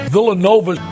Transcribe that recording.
Villanova